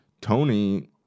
tony